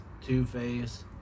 Two-Face